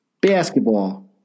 Basketball